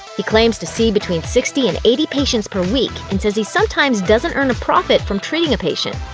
he claims to see between sixty and eighty patients per week, and says he sometimes doesn't earn a profit from treating a patient.